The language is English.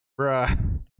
Bruh